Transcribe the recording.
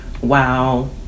wow